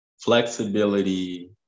flexibility